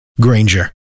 Granger